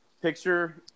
Picture